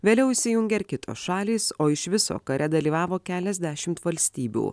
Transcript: vėliau įsijungė ir kitos šalys o iš viso kare dalyvavo keliasdešimt valstybių